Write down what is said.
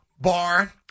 Bar